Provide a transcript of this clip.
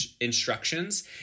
instructions